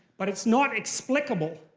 but it's not explicable.